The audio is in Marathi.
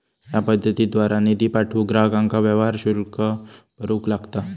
या पद्धतीद्वारा निधी पाठवूक ग्राहकांका व्यवहार शुल्क भरूक लागता